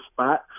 spot